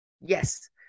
Yes